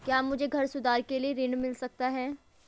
क्या मुझे घर सुधार के लिए ऋण मिल सकता है?